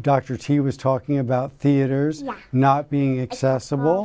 dr t was talking about theaters not being accessible